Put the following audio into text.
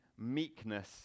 meekness